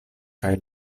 kaj